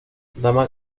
dama